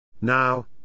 Now